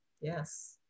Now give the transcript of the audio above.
yes